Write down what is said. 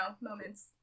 moments